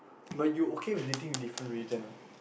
but you okay with dating different religion ah